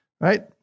Right